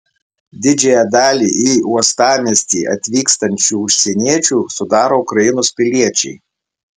didžiąją dalį į uostamiestį atvykstančių užsieniečių sudaro ukrainos piliečiai